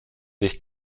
dich